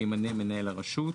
שימנה מנהל הרשות,